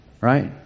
right